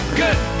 good